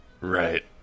Right